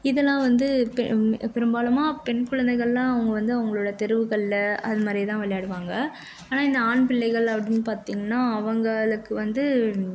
இதெல்லாம் வந்து பெரும் பெரும்பாலும் பெண் குழந்தைகள்லாம் அவங்க வந்து அவர்களோட தெருவுகளில் அது மாதிரி தான் விளையாடுவாங்க ஆனால் இந்த ஆண் பிள்ளைகள் அப்படின்னு பார்த்தீங்கன்னா அவர்களுக்கு வந்து